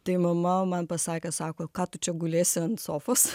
tai mama man pasakė sako ką tu čia gulėsi ant sofos